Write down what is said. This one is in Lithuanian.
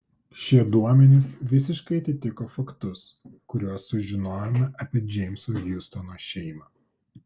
šie duomenys visiškai atitiko faktus kuriuos sužinojome apie džeimso hiustono šeimą